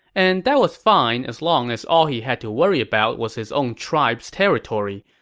and that was fine as long as all he had to worry about was his own tribe's territory.